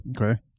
Okay